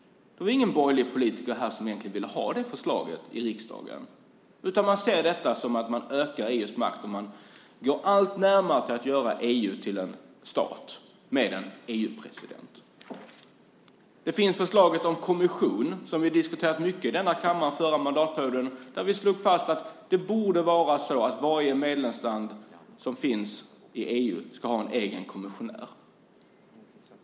Det var ingen borgerlig politiker i riksdagen som egentligen ville ha det. Man ser det som att man ökar EU:s makt. EU närmar sig allt mer att bli en stat med en EU-president. Det finns förslag om kommissionen, som vi diskuterade mycket i denna kammare under den förra mandatperioden. Vi slog fast att det borde vara så att varje medlemsland i EU ska ha en egen kommissionär.